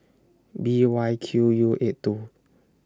B Y Q U eight two